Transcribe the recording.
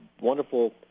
wonderful